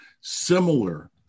similar